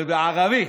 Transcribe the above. זה בערבית.